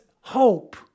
hope